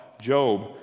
Job